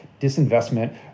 disinvestment